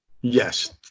Yes